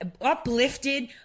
uplifted